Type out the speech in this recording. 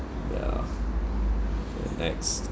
yeah okay next